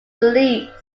released